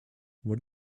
what